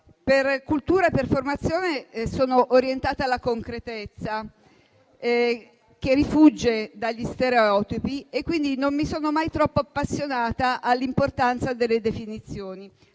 per cultura e per formazione sono orientata alla concretezza, che rifugge dagli stereotipi e, quindi, non mi sono mai appassionata troppo all'importanza delle definizioni,